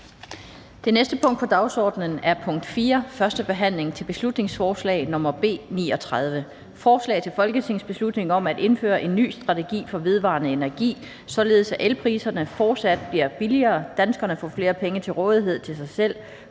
Det næste punkt på dagsordenen er: 4) 1. behandling af beslutningsforslag nr. B 39: Forslag til folketingsbeslutning om at indføre en ny strategi for vedvarende energi, således at elpriserne fremadrettet bliver billigere, danskerne får flere penge til rådighed til sig selv,